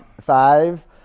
Five